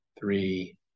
three